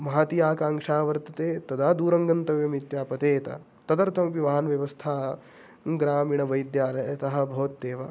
महती आकाङ्क्षा वर्तते तदा दूरं गन्तव्यम् इत्यापतेत तदर्थमपि वाहनव्यवस्था ग्रामीणवैद्यालयतः भवत्येव